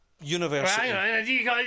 university